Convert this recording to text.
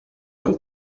von